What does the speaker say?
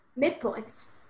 Midpoints